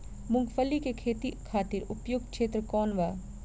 मूँगफली के खेती खातिर उपयुक्त क्षेत्र कौन वा?